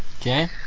Okay